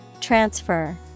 Transfer